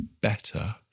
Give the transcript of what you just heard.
better